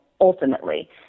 ultimately